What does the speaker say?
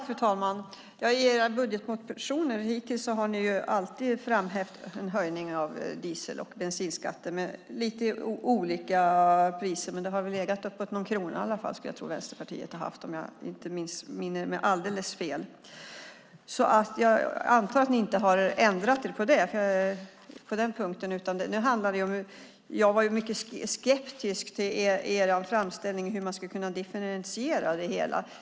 Fru talman! I era budgetmotioner hittills har ni i Vänsterpartiet alltid framhävt en höjning av diesel och bensinskatten med lite olika belopp - era förslag har väl brukat ligga på uppåt 1 krona, om jag inte missminner mig. Jag antar att ni inte har ändrat er på den punkten. Jag är mycket skeptisk till er framställning om hur man skulle kunna differentiera det hela.